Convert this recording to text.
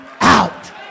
out